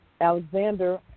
Alexander